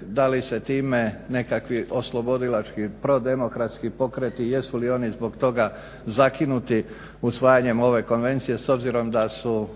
da li se time nekakvi oslobodilački prodemokratski pokreti, jesu li oni zbog toga zakinuti usvajanjem ove konvencije s obzirom da su